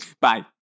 Bye